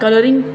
coloring